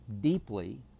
deeply